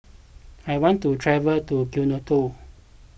I want to travel to Quito